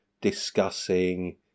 discussing